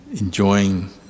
enjoying